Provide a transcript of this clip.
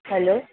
hello